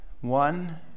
one